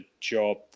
job